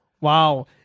Wow